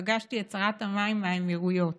לדעתי, פגשתי את שרת המים מהאמירויות,